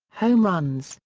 home runs,